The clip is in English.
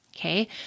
Okay